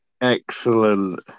Excellent